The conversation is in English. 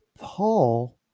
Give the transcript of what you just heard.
Paul